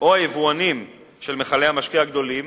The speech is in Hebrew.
או היבואנים של מכלי המשקה הגדולים